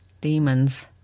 Demons